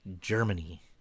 Germany